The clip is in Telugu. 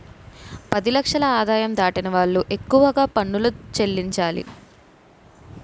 పది లక్షల ఆదాయం దాటిన వాళ్లు ఎక్కువగా పనులు చెల్లించాలి